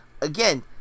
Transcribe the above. again